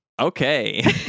okay